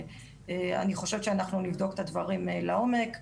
אני חושבת שאנחנו נבדוק את הדברים לעומק.